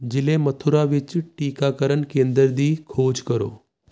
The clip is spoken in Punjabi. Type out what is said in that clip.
ਜ਼ਿਲ੍ਹੇ ਮਥੁਰਾ ਵਿੱਚ ਟੀਕਾਕਰਨ ਕੇਂਦਰ ਦੀ ਖੋਜ ਕਰੋ